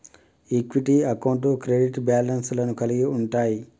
equity అకౌంట్లు credit balance లను కలిగి ఉంటయ్